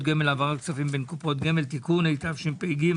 גמל) (העברת כספים בין קופות גמל) (תיקון) התשפ"ג-2023.